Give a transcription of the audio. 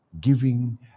giving